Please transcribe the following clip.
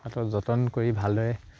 সিহঁতৰ যতন কৰি ভালদৰে